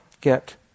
get